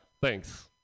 thanks